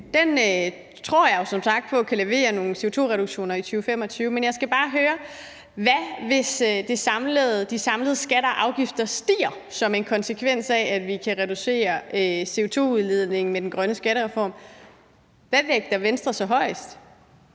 den tror jeg som sagt på kan levere nogle CO2-reduktioner i 2025. Så jeg skal bare høre: Hvis de samlede skatter og afgifter stiger som en konsekvens af, at vi kan reducere CO2-udledningen med den grønne skattereform, hvad vægter Venstre så højest